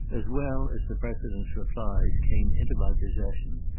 as well as the president's replies, came into my possession.